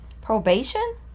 Probation